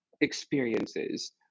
experiences